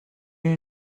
you